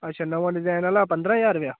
अच्छा नमां डिज़ाइन आह्ला पंदरां ज्हार रपेआ